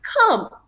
Come